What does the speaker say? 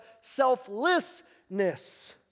selflessness